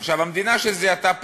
עכשיו, המדינה שזיהתה פערים,